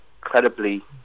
incredibly